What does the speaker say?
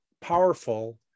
powerful